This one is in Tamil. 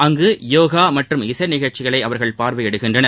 அங்கு யோகா மற்றும் இசை நிகழ்ச்சிகளை அவர்கள் பார்வையிடுகின்றனர்